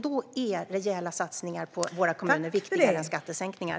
Då är rejäla satsningar på våra kommuner viktigare än skattesänkningar.